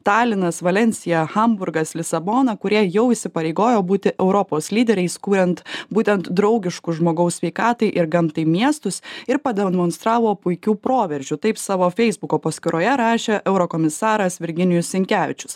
talinas valensija hamburgas lisabona kurie jau įsipareigojo būti europos lyderiais kuriant būtent draugiškus žmogaus sveikatai ir gamtai miestus ir pademonstravo puikių proveržių taip savo feisbuko paskyroje rašė eurokomisaras virginijus sinkevičius